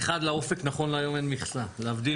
אחד לאופק נכון להיום אין מכסה להבדיל